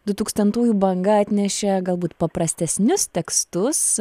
du tūkstantųjų banga atnešė galbūt paprastesnius tekstus